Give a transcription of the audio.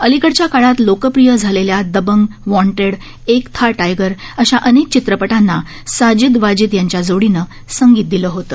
अलीकडच्या काळात लोकप्रिय झालेल्या दबंग वाँटेड एक था टायगर अशा अनेक चित्रपटांना साजिद वाजिद यांच्या जोडीने संगीत दिलं होतं